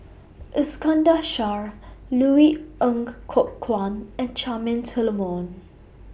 Iskandar Shah Louis Ng Kok Kwang and Charmaine Solomon